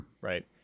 Right